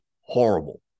horrible